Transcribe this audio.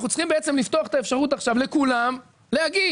אנחנו צריכים בעצם לפתוח את האפשרות לכולם להגיש.